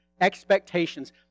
Expectations